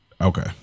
Okay